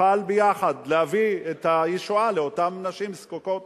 נוכל יחד להביא ישועה לאותן נשים נזקקות.